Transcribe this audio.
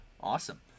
Awesome